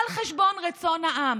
על חשבון רצון העם,